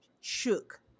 shook